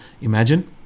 Imagine